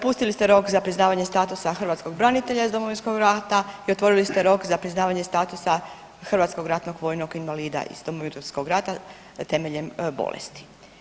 Pustili ste rok za priznavanje statusa hrvatskog branitelja iz Domovinskog rata i otvorili ste rok za priznavanje statusa hrvatskog ratnog vojnog rata iz Domovinskog rata temeljem bolesti.